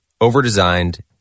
overdesigned